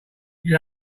you